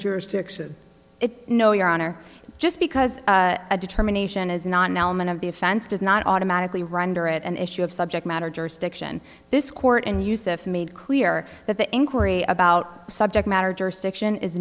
jurisdiction it no your honor just because a determination is not an element of the offense does not automatically rounder it an issue of subject matter jurisdiction this court in use if made clear that the inquiry about subject matter jurisdiction is